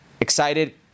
excited